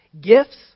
Gifts